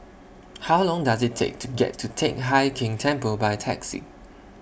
How Long Does IT Take to get to Teck Hai Keng Temple By Taxi